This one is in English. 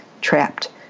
trapped